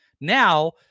Now